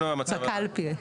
בקלפי.